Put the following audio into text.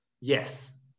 Yes